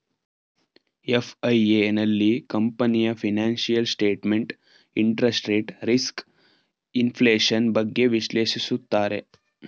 FIA, ನಲ್ಲಿ ಕಂಪನಿಯ financial statement, interest rate risk, inflation, ಬಗ್ಗೆ ವಿಶ್ಲೇಷಿಸುತ್ತಾರೆ